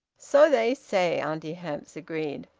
so they say, auntie hamps agreed.